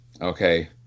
okay